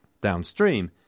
Downstream